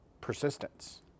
Persistence